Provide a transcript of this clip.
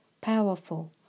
powerful